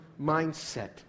mindset